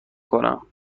کنم